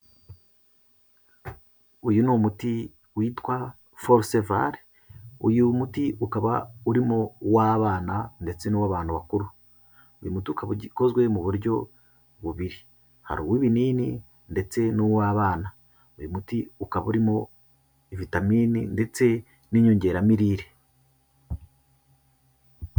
Uyu ni umuti witwa Forceval uyu muti ukaba urimo uw'abana ndetse n'uw'abantu bakuru, uyu muti ukaba ukozwe mu buryo bubiri, hari uw'ibinini ndetse n'uw'abana. uyu muti ukaba urimo vitamine ndetse n'inyongeramirire.